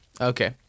Okay